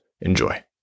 enjoy